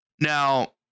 Now